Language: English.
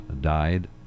died